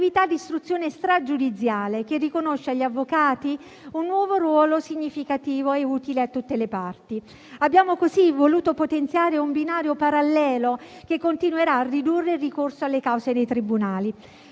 di istruzione stragiudiziale, che riconosce agli avvocati un nuovo ruolo significativo e utile a tutte le parti. Abbiamo così voluto potenziare un binario parallelo, che continuerà a ridurre il ricorso alle cause nei tribunali.